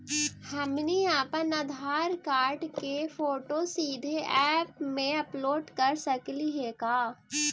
हमनी अप्पन आधार कार्ड के फोटो सीधे ऐप में अपलोड कर सकली हे का?